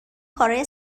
کارای